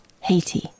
Haiti